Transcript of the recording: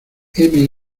heme